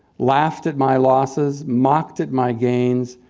laughed at my losses, mocked at my gains,